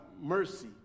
mercy